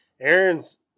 Aaron's